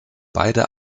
beide